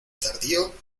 tardío